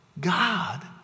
God